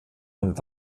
und